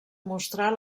mostrar